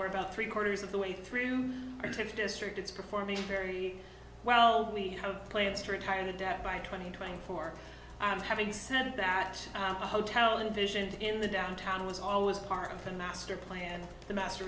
we're about three quarters of the way through active district it's performing very well we have plans to retire the debt by twenty twenty four i'm having said that the hotel and vision in the downtown was always part of the master plan and the master